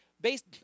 based